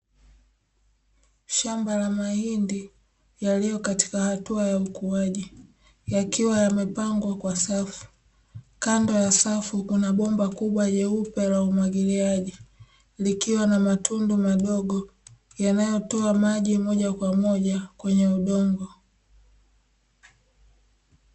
Shamba la mahindi yaliyo kuwa katika hatua ya ukuwaji yakiwa yamepangwa kwa safu, kando ya safu kuna bomba kubwa la umwagiliaji, likiwa na matundu madogo yanayotoa maji moja kwa moja kwenye udongo.